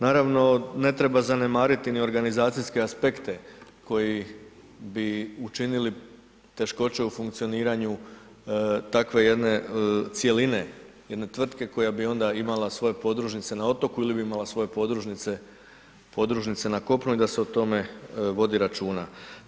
Naravno ne treba zanemariti ni organizacijske aspekte koji bi učinili teškoće u funkcioniranju takve jedne cjeline, jedne tvrtke koja bi onda imala svoje podružnice na otoku ili bi imala svoje podružnice na kopnu i da se o tome vodi računa.